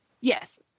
Yes